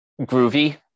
groovy